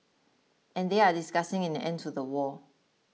and they are discussing an end to the war